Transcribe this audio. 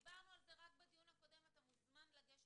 דיברנו על זה רק בדיון הקודם, אתה מוזמן לגשת